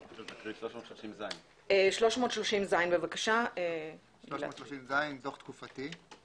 330ז. דוח תקופתי.